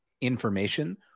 information